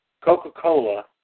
Coca-Cola